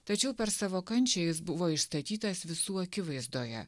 tačiau per savo kančią jis buvo išstatytas visų akivaizdoje